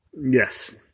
Yes